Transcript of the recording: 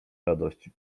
radości